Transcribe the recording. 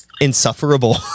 insufferable